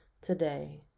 today